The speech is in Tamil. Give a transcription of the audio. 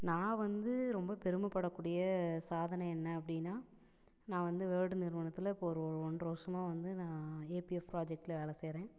நான் வந்து ரொம்ப பெருமைப்படக்கூடிய சாதனை என்ன அப்படின்னா நான் வந்து வேர்டு நிறுவனத்தில் இப்ப ஒரு ஒன்றரை வருஷமா வந்து நான் ஏபிஎஃப் புராஜக்ட்டில் வேலை செய்கிறேன்